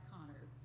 Connor